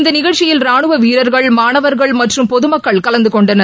இந்த நிகழ்ச்சியில் ரானுவ வீரர்கள் மாணவர்கள் மற்றும் பொது மக்கள் கலந்து கொண்டனர்